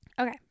Okay